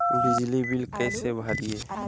बिजली बिल कैसे भरिए?